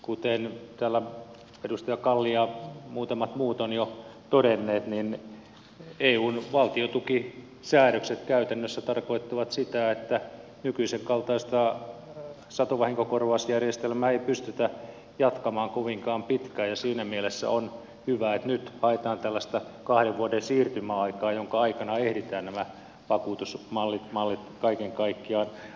kuten täällä edustaja kalli ja muutamat muut ovat jo todenneet niin eun valtiontukisäädökset käytännössä tarkoittavat sitä että nykyisen kaltaista satovahinkokorvausjärjestelmää ei pystytä jatkamaan kovinkaan pitkään ja siinä mielessä on hyvä että nyt haetaan tällaista kahden vuoden siirtymäaikaa jonka aikana ehditään nämä vakuutusmallit kaiken kaikkiaan rakentamaan